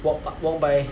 wal~ walk by